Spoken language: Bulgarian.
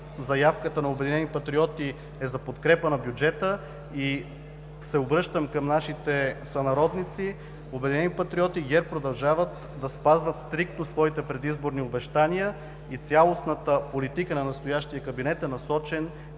заявката на „Обединени патриоти“ е за подкрепа на бюджета и се обръщам към нашите сънародници: „Обединени патриоти“ и ГЕРБ продължават да спазват стриктно своите предизборни обещания и цялостната политика на настоящия кабинет е насочена